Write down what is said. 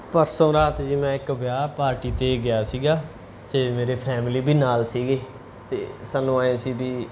ਪਰਸੋਂ ਰਾਤ ਜੀ ਮੈਂ ਇੱਕ ਵਿਆਹ ਪਾਰਟੀ 'ਤੇ ਗਿਆ ਸੀਗਾ ਅਤੇ ਮੇਰੀ ਫੈਮਲੀ ਵੀ ਨਾਲ ਸੀਗੀ ਅਤੇ ਸਾਨੂੰ ਆਏਂ ਸੀ ਵੀ